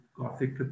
Gothic